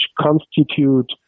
constitute